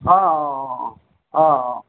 অঁ অঁ অঁ অঁ অঁ